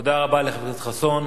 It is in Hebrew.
תודה רבה לחבר הכנסת חסון.